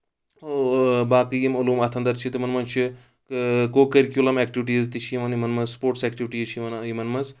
اۭں باقٕے یِم علوٗم اَتھ اَندَر چھِ تِمَن منٛز چھِ کوکٔرِکیوٗلم ایکٹِوِٹیٖز تہِ چھِ یِوان یِمَن منٛز سپوٹٕس ایکٹِوِٹیٖز چھِ یِوان یِمَن منٛز